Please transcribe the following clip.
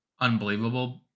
unbelievable